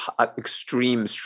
extreme